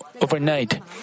overnight